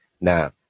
Now